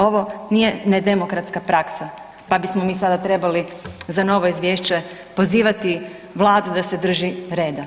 Ovo nije nedemokratska praksa, pa bismo mi sada trebali za novo izvješće pozivati vladu da se drži reda.